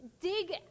dig